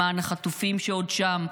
למען החטופים שעוד שם,